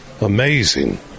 amazing